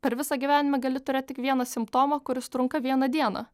per visą gyvenimą gali turėt tik vieną simptomą kuris trunka vieną dieną